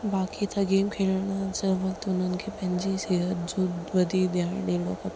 बाक़ी त गेम खेॾण सां वक़्त हुननि जी पंहिंजी सिहत जो वधीक ध्यान ॾियणो खपे